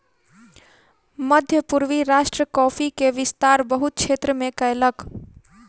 मध्य पूर्वी राष्ट्र कॉफ़ी के विस्तार बहुत क्षेत्र में कयलक